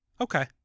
Okay